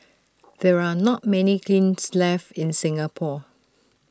there are not many kilns left in Singapore